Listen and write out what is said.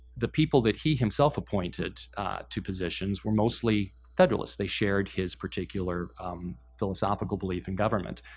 the people that he, himself, appointed to positions were mostly federalists. they shared his particular philosophical belief in government.